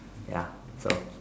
ya so